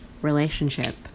relationship